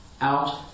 Out